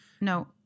No